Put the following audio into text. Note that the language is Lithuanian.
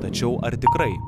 tačiau ar tikrai